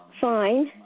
Fine